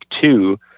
two